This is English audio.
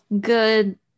good